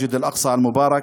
מסגד אל-אקצא המבורך.